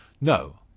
No